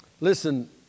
Listen